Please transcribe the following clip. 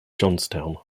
johnstown